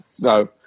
No